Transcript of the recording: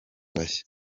bashya